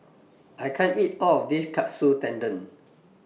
I can't eat All of This Katsu Tendon